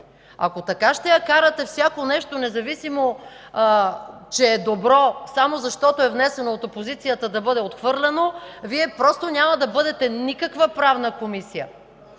Ако така ще я карате – всяко нещо, независимо че е добро, само защото е внесено от опозицията, да бъде отхвърляно, Вие няма да бъдете никаква Правна комисия.